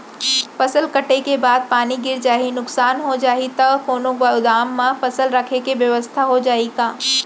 फसल कटे के बाद पानी गिर जाही, नुकसान हो जाही त कोनो गोदाम म फसल रखे के बेवस्था हो जाही का?